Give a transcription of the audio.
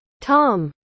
Tom